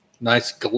Nice